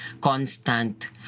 constant